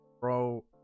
Bro